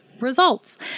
results